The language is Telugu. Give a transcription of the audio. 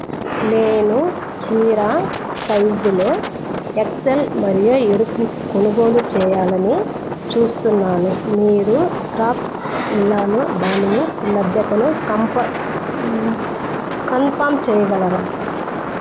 నేను చీర సైజ్లో ఎక్స్ఎల్ మరియు ఎరుపు కొనుగోలు చెయ్యాలని చూస్తున్నాను మీరు క్రాఫ్ట్స్విల్లాలో దాని లభ్యతను కంపా కన్ఫర్మ్ చేయగలరా